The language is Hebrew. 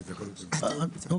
התיאום בוצע.